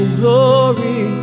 glory